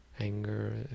Anger